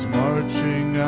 marching